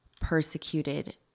persecuted